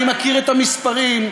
אני מכיר את המספרים,